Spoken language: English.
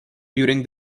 during